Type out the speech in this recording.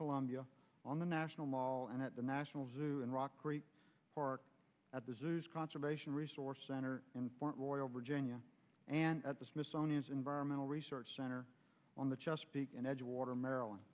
columbia on the national mall and at the national zoo and rock creek park at the zoos conservation resource center and loyal virginia and at the smithsonian's environmental research center on the chesapeake and edgewater maryland